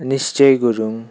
निश्चय गुरुङ